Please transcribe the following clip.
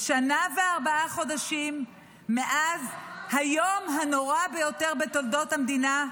שנה וארבעה חודשים מאז היום הנורא ביותר בתולדות המדינה,